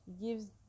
gives